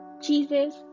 Jesus